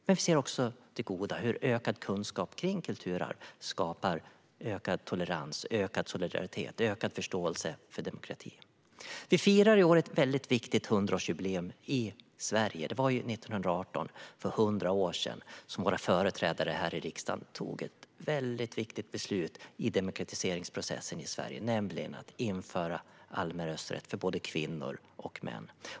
Men vi ser också det goda: hur ökad kunskap kring kulturarv skapar ökad tolerans, ökad solidaritet och ökad förståelse för demokrati. Vi firar i år ett väldigt viktigt hundraårsjubileum i Sverige. Det var ju 1918, för 100 år sedan, som våra företrädare här i riksdagen tog ett väldigt viktigt beslut i demokratiseringsprocessen i Sverige, nämligen att införa allmän rösträtt för både kvinnor och män.